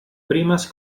primes